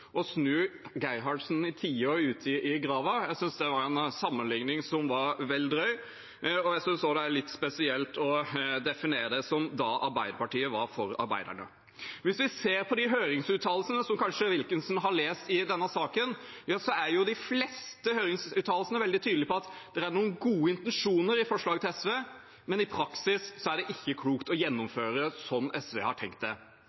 å snu Gerhardsen i tide og utide i graven. Jeg synes det var en sammenligning som var vel drøy. Jeg synes også det er litt spesielt å definere det som da Arbeiderpartiet var for arbeiderne. Hvis vi ser på høringsuttalelsene, som kanskje Wilkinson har lest, i denne saken, er de fleste høringsuttalelsene veldig tydelige på at det er noen gode intensjoner i forslaget til SV, men i praksis er det ikke klokt å gjennomføre det slik SV har tenkt det.